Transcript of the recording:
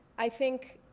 i think